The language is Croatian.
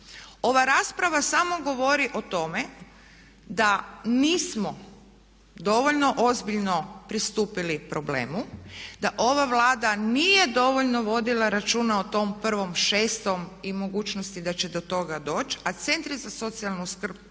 Ova rasprava samo govori o tome da nismo dovoljno ozbiljno pristupili problemu. Da ova Vlada nije dovoljno vodila računa o tom 1.6.-om i mogućnosti da će do toga doći a centri za socijalnu skrb